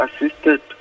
assisted